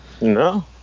No